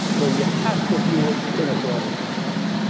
so you have to view it in a broader context.